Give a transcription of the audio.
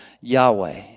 Yahweh